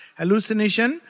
hallucination